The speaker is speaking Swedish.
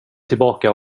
tillbaka